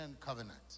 covenant